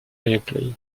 airplay